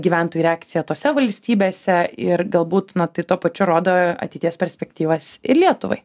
gyventojų reakcija tose valstybėse ir galbūt na tai tuo pačiu rodo ateities perspektyvas ir lietuvai